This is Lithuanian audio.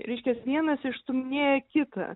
reikšias vienas išstūminėja kitą